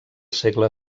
segle